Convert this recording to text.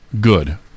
good